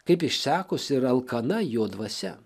kaip išsekusi ir alkana jo dvasia